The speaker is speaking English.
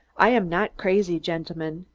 i am not crazy, gentlemen,